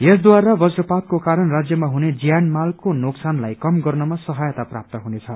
यसद्वारा वज्रपातको कारण राज्यमा हुने ज्यानमालको नोकसानलाई कम गर्नमा सहायता प्राप्त हुनेछ